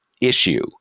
issue